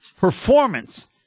performance